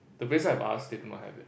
the places I've asked they don't have it